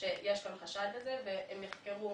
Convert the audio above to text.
שיש חשד לזה והם יחקרו